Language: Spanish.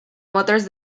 motors